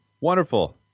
wonderful